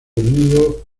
nido